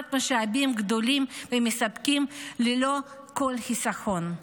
משאבים גדולים ומספיקים ללא כל חיסכון,